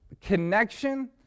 connection